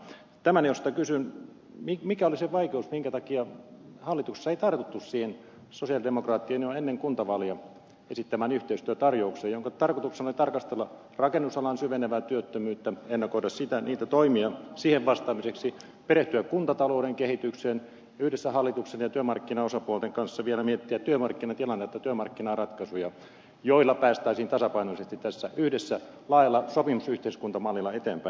tämän johdosta kysyn mikä oli sen vaikeus minkä takia hallituksessa ei tartuttu siihen sosialidemokraattien jo ennen kuntavaaleja esittämään yhteistyötarjoukseen jonka tarkoituksena oli tarkastella rakennusalan syvenevää työttömyyttä ennakoida niitä toimia siihen vastaamiseksi perehtyä kuntatalouden kehitykseen ja yhdessä hallituksen ja työmarkkinaosapuolten kanssa vielä miettiä työmarkkinatilannetta työmarkkinaratkaisuja joilla päästäisiin tasapainoisesti tässä yhdessä laajalla sopimusyhteiskuntamallilla eteenpäin